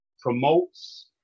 promotes